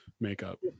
makeup